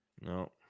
No